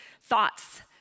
thoughts